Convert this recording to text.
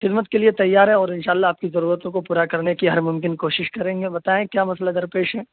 خدمت کے لیے تیار ہیں اور انشاء اللہ آپ کی ضرورتوں کو پورا کرنے کی ہر ممکن کوشش کریں گے بتائیں کیا مسئلہ درپیش ہے